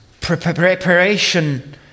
preparation